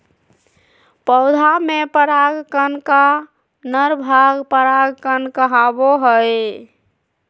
पौधा में पराग कण का नर भाग परागकण कहावो हइ